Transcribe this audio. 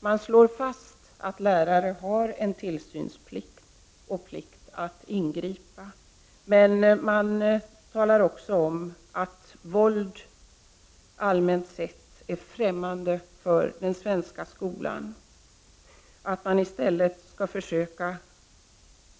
Det slås fast att lärare har en tillsynsplikt och en plikt att ingripa, men man understryker också att våld allmänt sett är fftämmande för den svenska skolan. I stället skall man försöka